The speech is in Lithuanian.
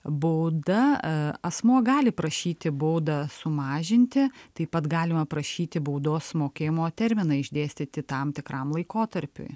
bauda asmuo gali prašyti baudą sumažinti taip pat galima prašyti baudos mokėjimo terminai išdėstyti tam tikram laikotarpiui